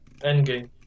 Endgame